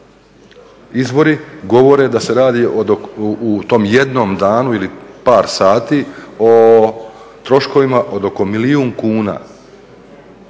izvori govore da se radi u tom jednom danu ili par sati o troškovima od oko milijun kuna.